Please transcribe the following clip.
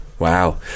Wow